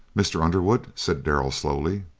mr. underwood, said darrell, slowly,